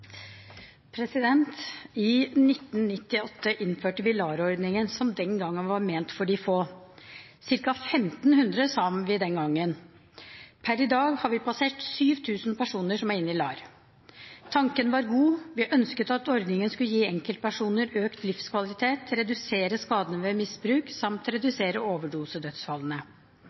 I 1998 innførte man LAR-ordningen, som den gangen var ment for de få – ca. 1 500 sa man den gangen. Per i dag har vi passert 7 000 personer i LAR. Tanken var god, vi ønsket at ordningen skulle gi enkeltpersoner økt livskvalitet, redusere skadene ved misbruk samt